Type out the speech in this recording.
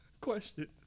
question